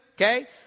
Okay